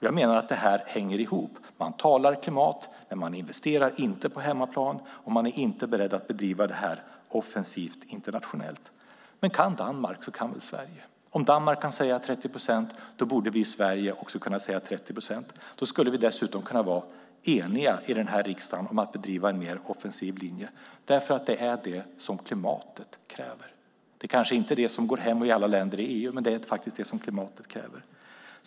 Jag menar att det här hänger ihop: Man talar klimat, men man investerar inte på hemmaplan, och man är inte beredd att driva det här offensivt internationellt. Men kan Danmark så kan väl Sverige. Om Danmark kan säga 30 procent borde vi i Sverige också kunna säga 30 procent. Då skulle vi dessutom kunna vara eniga i den här riksdagen om att bedriva en mer offensiv linje, för det är det klimatet kräver. Det kanske inte är det som går hem i alla länder i EU, men det är faktiskt det klimatet kräver.